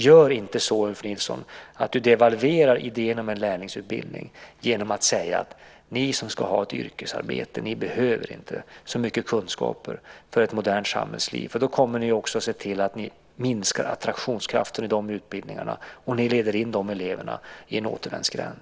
Gör inte så, Ulf Nilsson, att du devalverar idén om en lärlingsutbildning genom att säga att de som ska ha ett yrkesarbete inte behöver så mycket kunskaper för ett modernt samhällsliv. Då kommer ni att se till att minska attraktionskraften i de utbildningarna, och ni leder in eleverna i en återvändsgränd.